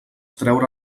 traure